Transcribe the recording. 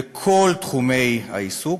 בכל תחומי העיסוק,